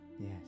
Yes